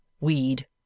weed